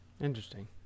Interesting